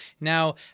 Now